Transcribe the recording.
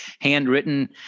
handwritten